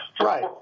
Right